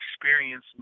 experience